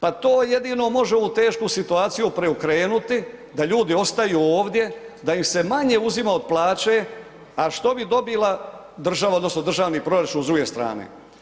Pa to jedino može ovu tešku situaciju preokrenuti da ljudi ostaju ovdje, da im se manje uzima od plaće a što bi dobila država odnosno državni proračun s druge strane?